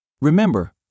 Remember